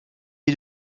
est